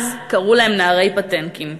אבל אז קראו להם "נערי פטינקין".